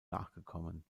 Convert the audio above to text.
nachgekommen